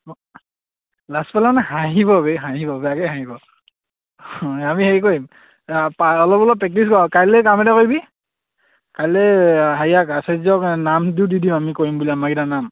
অঁ লাজ পালে মানে হাঁহিব বে হাঁহিব সঁচাকৈ হাঁহিব অঁ আমি হেৰি কৰিম পা অলপ অলপ প্ৰেক্টিচ কৰো কাইলৈ কাম এটা কৰিবি কাইলৈ হেৰিয়কক আচাৰ্য্য়ক নামটো দি দিওঁ আমি কৰিম বুলি আমাৰকেইটাৰ নাম